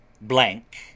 blank